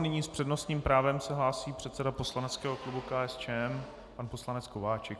Nyní s přednostním právem se hlásí předseda poslaneckého klubu KSČM pan poslanec Kováčik.